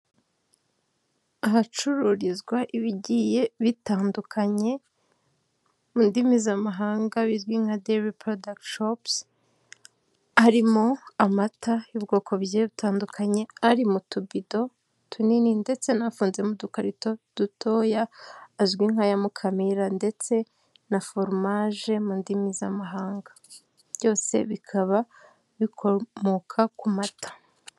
Ahacururizwa ibigiye bitandukanye mu ndimi z'amahanga bizwi nka deli porodakiti shopusi, harimo amata y'ubwoko bugiye butandukanye ari mu tubido tunini ndetse n'afunze mu dukarito dutoya azwi nk'aya mukamira ndetse na foromaje mu ndimi z'amahanga, byose bikaba bikomoka ku mata.